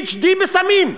PhD בסמים.